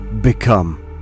become